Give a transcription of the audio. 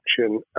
action